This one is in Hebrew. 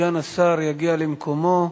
סגן השר יגיע למקומו.